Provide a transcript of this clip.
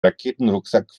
raketenrucksack